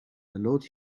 allowed